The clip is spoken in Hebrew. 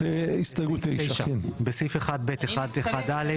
הסתייגות 9. בסעיף 1(ב)(1)(א).